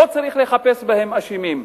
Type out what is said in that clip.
שלא צריך לחפש בהם אשמים.